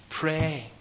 Pray